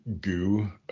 goo